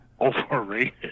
overrated